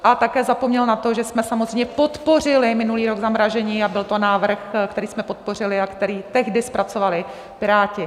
A také zapomněl na to, že jsme samozřejmě podpořili minulý rok zamrazení, a byl to návrh, který jsme podpořili a který tehdy zpracovali Piráti.